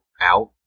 out